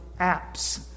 apps